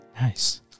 Nice